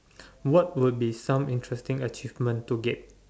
what would be some interesting achievement to get